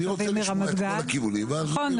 אני רוצה לשמוע את כל הכיוונים ואז לראות.